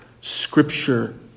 Scripture